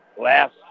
last